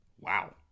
Wow